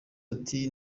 ati